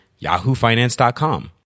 yahoofinance.com